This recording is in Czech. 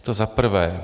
To za prvé.